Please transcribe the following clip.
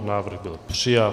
Návrh byl přijat.